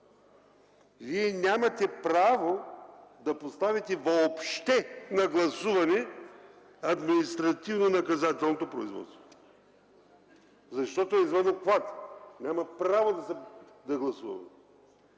Вие нямате право да поставите въобще на гласуване административнонаказателното производство, защото е извън обхвата. Нямаме право да гласуваме,